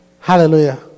Hallelujah